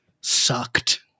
sucked